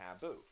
taboo